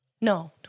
No